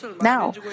Now